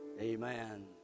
Amen